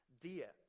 dear